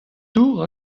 dour